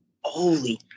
Holy